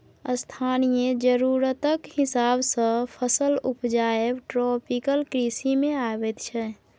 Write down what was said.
स्थानीय जरुरतक हिसाब सँ फसल उपजाएब ट्रोपिकल कृषि मे अबैत छै